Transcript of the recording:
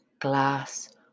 glass